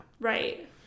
Right